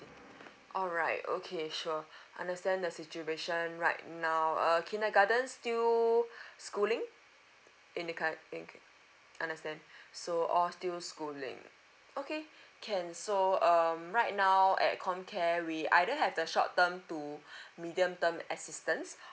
all right okay sure understand the situation right now uh kindergarten still schooling in the ka~ okay understand so all still schooling okay can so um right now at comcare we either have the short term to medium term assistance